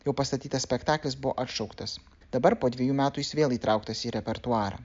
jau pastatytas spektaklis buvo atšauktas dabar po dvejų metų jis vėl įtrauktas į repertuarą